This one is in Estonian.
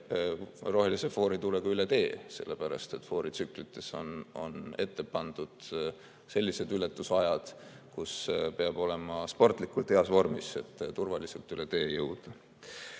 rohelise fooritulega üle tee, sellepärast et fooritsüklites on ette pandud sellised ületusajad, et peab olema sportlikult heas vormis, et turvaliselt üle tee jõuda. Selles